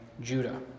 Judah